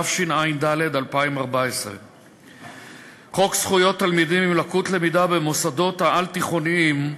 התשע"ד 2014. חוק זכויות תלמידים עם לקות למידה במוסדות העל-תיכוניים,